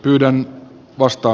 yhden vasta